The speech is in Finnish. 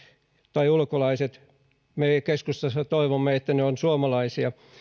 tai ulkolaiset me keskustassa toivomme että ne yritykset ovat suomalaisia